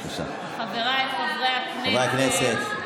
חברי הכנסת.